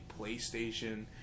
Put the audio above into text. PlayStation